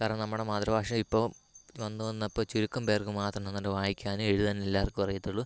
കാരണം നമ്മുടെ മാതൃഭാഷ ഇപ്പോൾ വന്ന് വന്ന് ഇപ്പം ചുരുക്കം പേർക്ക് മാത്രമേ നന്നായിട്ട് വായിക്കാനും എഴുതാനും എല്ലാവർക്കും അറിയത്തുള്ളൂ